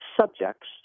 subjects